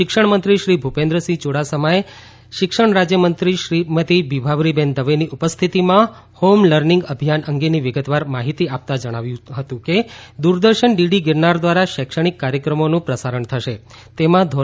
શિક્ષણ મંત્રી શ્રી ભૂપેન્દ્રસિંહ યુડાસમાએ શિક્ષણ રાજ્ય મંત્રી શ્રીમતી વિભાવરીબેન દવેની ઉપસ્થિતિમાં હોમ લર્નિંગ અભિયાન અંગેની વિગતવાર માહિતી આપતાં જણાવ્યું હતું કે દૂરદર્શન ડીડી ગિરનાર દ્વારા શૈક્ષણિક કાર્યક્રમોનું પ્રસારણ થશે તેમાં ધો